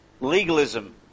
legalism